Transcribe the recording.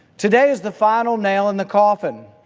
today is the final nail in the coffin.